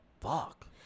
fuck